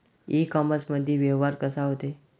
इ कामर्समंदी व्यवहार कसा होते?